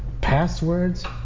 passwords